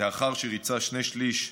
לאחר שריצה שני שלישים